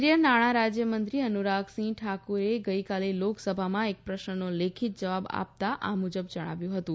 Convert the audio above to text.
કેન્દ્રિય નાંણા રાજ્યમંત્રી અનુરાગ સિંહ ઠાકુરે ગઈકાલે લોકસભામાં એક પ્રશ્નનો લેખિત જવાબ આપતા આ મુજબ જણાવ્યું હતું